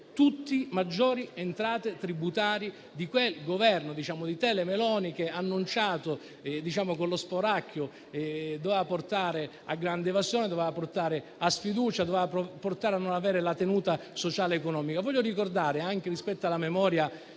Tutte maggiori entrate tributarie di quel Governo, annunciate da Tele Meloni, con lo spauracchio che doveva portare a grande evasione, a grande sfiducia, a non avere la tenuta sociale economica. Voglio ricordare, anche rispetto alla memoria